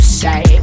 say